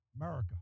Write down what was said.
America